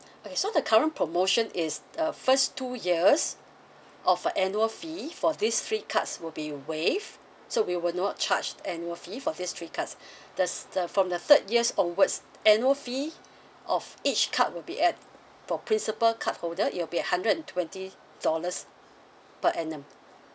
okay so the current promotion is uh first two years of annual fee for these three cards will be waived so we will not charged annual fee for this three cards thus the from the third years onwards annual fee of each card will be at for principal card holder it'll be a hundred twenty dollars per annum